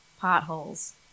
potholes